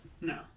no